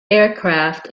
aircraft